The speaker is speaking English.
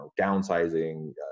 downsizing